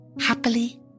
happily